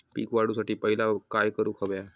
पीक वाढवुसाठी पहिला काय करूक हव्या?